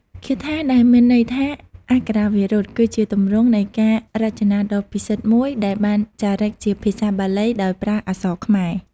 គាថា ដែលមានន័យថា អក្ខរាវិរុទ្ធ គឺជាទម្រង់នៃការរចនាដ៏ពិសិដ្ឋមួយដែលបានចារឹកជាភាសាបាលីដោយប្រើអក្សរខ្មែរ។